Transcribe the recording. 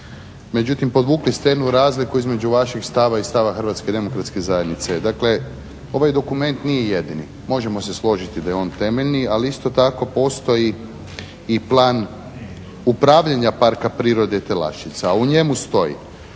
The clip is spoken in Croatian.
međutim podvukli ste jednu razliku između vašeg stava i stava HDZ-a. Dakle, ovaj dokument nije jedini. Možemo se složiti da je on temeljni ali isto tako postoji i Plan upravljanja Parka prirode Telaščica. A u njemu stoji